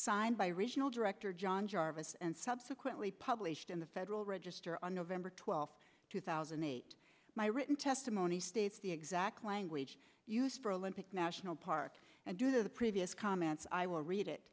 signed by regional director john jarvis and subsequently published in the federal register on november twelfth two thousand and eight my written testimony states the exact language used for olympic national park and due to the previous comments i will read it